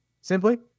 simply